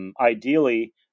Ideally